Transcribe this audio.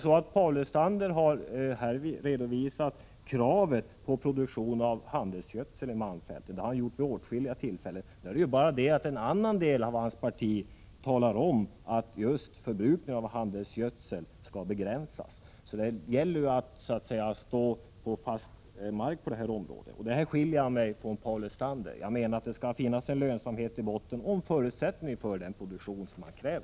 Paul Lestander har ju här framfört kravet på produktion av handelsgödsel i malmfälten, och det kravet har han även framfört vid åtskilliga tillfällen tidigare. Men nu är det ju bara så, att det finns andra i hans parti som menar att just förbrukningen av handelsgödsel skall begränsas. Det gäller alltså att så att säga stå på fast mark i detta sammanhang. Här skiljer jag mig, som sagt, från Paul Lestander. Jag menar att det skall finnas en lönsamhet i botten och att det också skall finnas förutsättningar för den produktion som krävs.